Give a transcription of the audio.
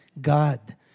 God